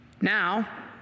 Now